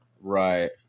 Right